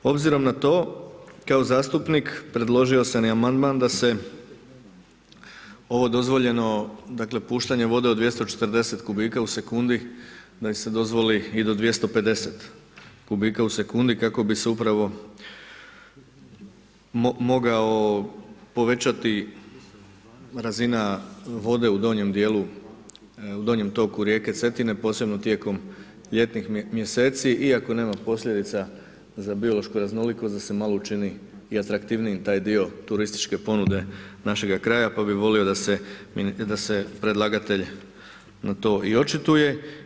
Obzirom na to kao zastupnik predložio sam i amandman da se ovo dozvoljeno puštanje vode od 240 kubika u sekundi da se dozvoli i do 250 kubika u sekundi kako bi se upravo povećati razina vode u donjem toku rijeke Cetine, posebno tijekom ljetnih mjeseci iako nema posljedica za biološku raznolikost da se malo učini i atraktivnijim taj dio turističke ponude našega kraja, pa bi volio da se predlagatelj na to i očituje.